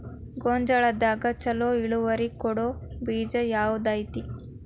ಗೊಂಜಾಳದಾಗ ಛಲೋ ಇಳುವರಿ ಕೊಡೊ ಬೇಜ ಯಾವ್ದ್ ಐತಿ?